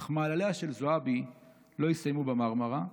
אך מעלליה של זועבי לא הסתיימו במרמרה."